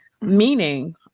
Meaning